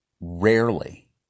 rarely